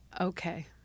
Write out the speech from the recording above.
Okay